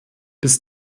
bis